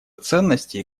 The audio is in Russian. ценности